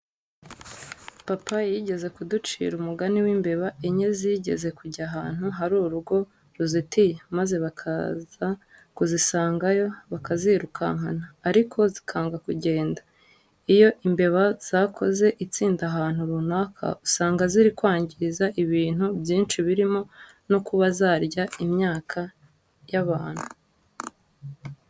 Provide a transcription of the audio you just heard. Papa yigeze kuducira umugani w'imbeba enye zigeze kujya ahantu hari urugo ruzitiye, maze bakaza kuzisangayo bakazirukankana ariko zikanga kugenda. Iyo imbeba zakoze itsinda ahantu runaka usanga ziri kwangiza ibintu byinshi birimo no kuba zarya imyaka y'abantu.